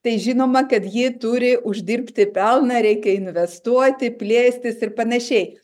tai žinoma kad ji turi uždirbti pelną reikia investuoti plėstis ir panašiai